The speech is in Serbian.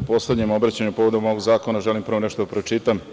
U poslednjem obraćanju povodom ovog zakona želim prvo nešto da pročitam –